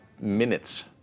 minutes